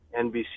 NBC